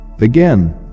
Again